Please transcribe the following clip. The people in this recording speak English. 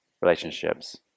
relationships